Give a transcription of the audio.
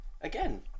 Again